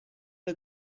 the